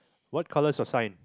what colour is your sign